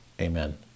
Amen